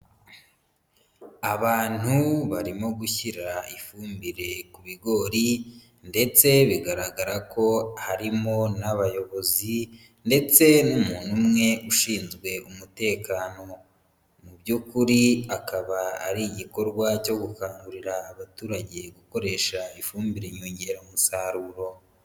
Abantu barimo gushyira ifumbire ku bigori ndetse bigaragara ko harimo n'abayobozi ndetse n'umuntu umwe ushinzwe umutekano. Muby'ukuri akaba ari igikorwa cyo gukangurira abaturage gukoresha ifumbire nyongeramusaruro.